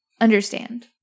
understand